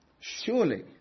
Surely